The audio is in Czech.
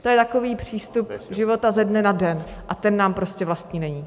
To je takový přístup života ze dne na den a ten nám prostě vlastní není.